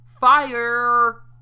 Fire